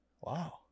Wow